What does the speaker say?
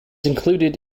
included